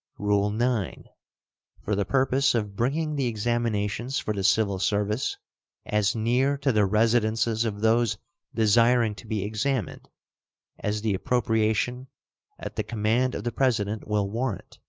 rule nine for the purpose of bringing the examinations for the civil service as near to the residences of those desiring to be examined as the appropriation at the command of the president will warrant,